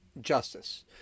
justice